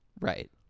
Right